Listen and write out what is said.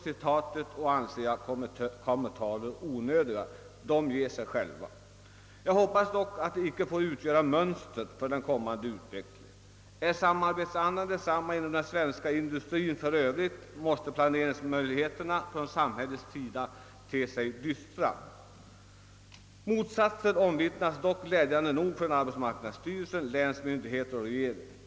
Jag anser kommentarer onödiga. De ger sig själva. Jag hoppas att detta icke får utgöra mönster för den kommande utvecklingen på detta område. Om samarbetsandan är densamma inom den svenska industrien i övrigt, måste = planeringsmöjligheterna från samhällets sida te sig dystra. Motsatsen omvittnas dock, glädjande nog, från arbetsmarknadsstyrelsen, länsmyndigheter och regeringen.